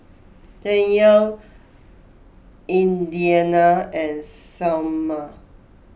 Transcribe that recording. Danyell Indiana and Salma